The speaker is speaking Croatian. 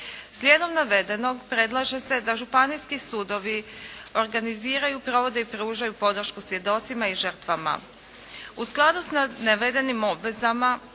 Slijedom navedenog predlaže se da županijski sudovi organiziraju, provode i pružaju podršku svjedocima i žrtvama.